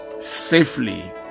safely